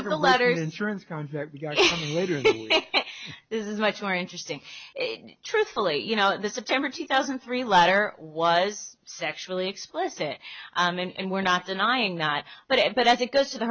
of the letter insurance going this is much more interesting truthfully you know the september two thousand and three letter was sexually explicit and we're not denying that but it but as it goes to the